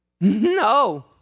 No